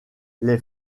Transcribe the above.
ses